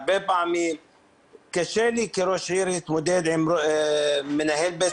הרבה פעמים קשה לי כראש עיר להתמודד עם מנהל בית